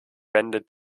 bendit